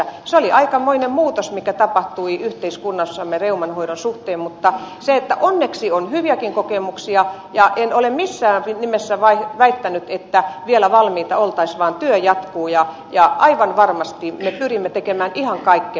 se oli aikamoinen muutos mikä tapahtui yhteiskunnassamme reuman hoidon suhteen mutta onneksi on hyviäkin kokemuksia ja en ole missään nimessä väittänyt että vielä valmiita oltaisiin vaan työ jatkuu ja aivan varmasti me pyrimme tekemään ihan kaikkemme